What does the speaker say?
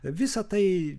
visa tai